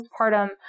postpartum